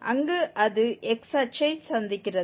அங்கு அது x அச்சை சந்திக்கிறது